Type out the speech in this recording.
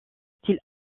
style